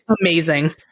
amazing